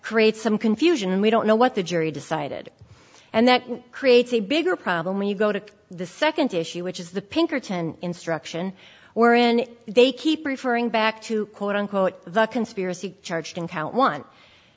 creates some confusion and we don't know what the jury decided and that creates a bigger problem when you go to the second issue which is the pinkerton instruction or in they keep referring back to quote unquote the conspiracy charged in count on